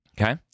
Okay